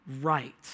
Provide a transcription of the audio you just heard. right